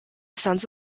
sons